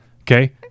Okay